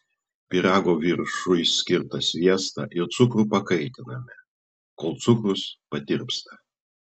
pyrago viršui skirtą sviestą ir cukrų pakaitiname kol cukrus patirpsta